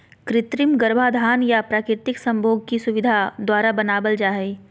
कृत्रिम गर्भाधान या प्राकृतिक संभोग की सुविधा द्वारा बनाबल जा हइ